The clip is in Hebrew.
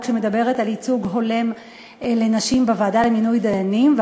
שמדברת על ייצוג הולם לנשים בוועדה למינוי דיינים,